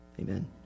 Amen